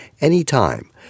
anytime